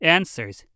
Answers